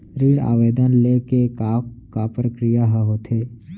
ऋण आवेदन ले के का का प्रक्रिया ह होथे?